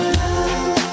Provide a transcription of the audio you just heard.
love